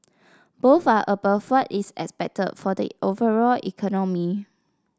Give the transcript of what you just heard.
both are above what is expected for the overall economy